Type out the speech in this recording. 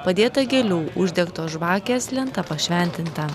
padėta gėlių uždegtos žvakės lenta pašventinta